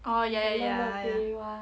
orh ya ya ya ya